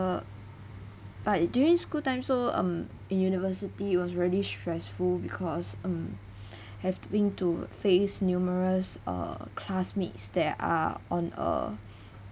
but during school time so um in university was really stressful because um having to face numerous uh classmates that are on a